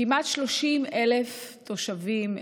כמעט 30,000 תושבים,